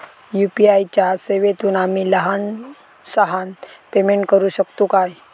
UPI च्या सेवेतून आम्ही लहान सहान पेमेंट करू शकतू काय?